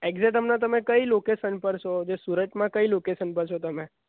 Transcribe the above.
exact હમણાં તમે કઈ લોકેસન પર સો જે સુરતમાં કઈ લોકેસન પર છો તમે